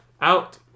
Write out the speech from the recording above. out